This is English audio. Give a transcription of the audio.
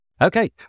Okay